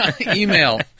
email